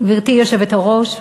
גברתי היושבת-ראש,